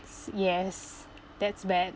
s~ yes that's bad